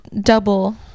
double